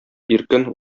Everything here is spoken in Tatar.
иркен